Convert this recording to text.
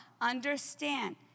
understand